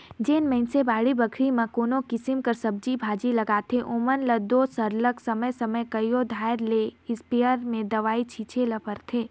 जेन मइनसे बाड़ी बखरी में कोनो किसिम कर सब्जी भाजी लगाथें ओमन ल दो सरलग समे समे कइयो धाएर ले इस्पेयर में दवई छींचे ले परथे